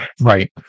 Right